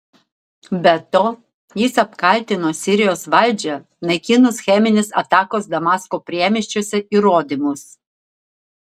be to jis apkaltino sirijos valdžią naikinus cheminės atakos damasko priemiesčiuose įrodymus